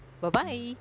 Bye-bye